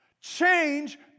Change